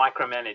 micromanage